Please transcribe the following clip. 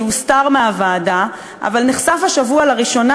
שהוסתר מהוועדה אבל נחשף השבוע לראשונה,